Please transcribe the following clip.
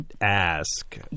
ask